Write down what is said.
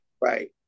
Right